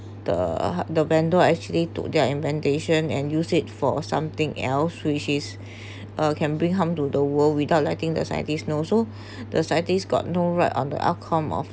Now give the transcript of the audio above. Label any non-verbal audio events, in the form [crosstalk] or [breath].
the ha~ the vendors are actually to their inventation and use it for something else which is [breath] uh can bring harm to the world without letting the scientists know so [breath] the scientists got no right on the outcome of